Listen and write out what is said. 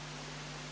Hvala